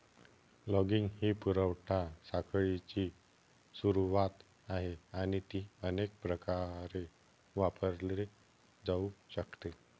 logging ही पुरवठा साखळीची सुरुवात आहे आणि ती अनेक प्रकारे वापरली जाऊ शकते